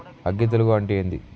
అగ్గి తెగులు అంటే ఏంది?